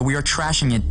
אני חושב שזה אומר הכול.